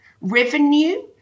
revenue